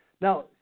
Now